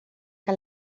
que